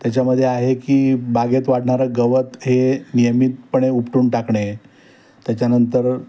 त्याच्यामध्ये आहे की बागेत वाढणारं गवत हे नियमितपणे उपटून टाकणे त्याच्यानंतर